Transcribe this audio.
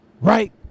right